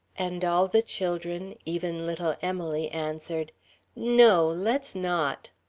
and all the children, even little emily, answered no, let's not.